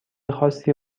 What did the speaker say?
خاصی